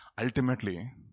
Ultimately